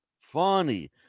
funny